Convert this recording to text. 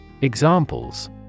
Examples